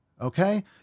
okay